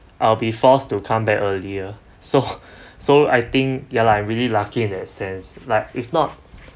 I'll be forced to come back earlier so so I think ya lah I'm really lucky in that sense like if not